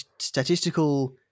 statistical